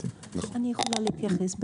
ברשותכם, אני יכולה להתייחס.